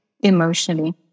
emotionally